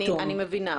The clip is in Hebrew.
אני מבינה.